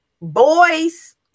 boys